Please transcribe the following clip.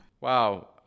Wow